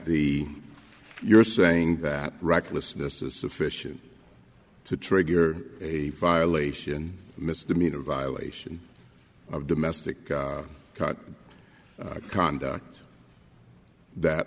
the you're saying that recklessness is sufficient to trigger a violation misdemeanor violation of domestic cut conduct that